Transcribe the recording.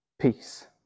peace